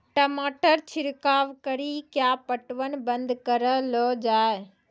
टमाटर छिड़काव कड़ी क्या पटवन बंद करऽ लो जाए?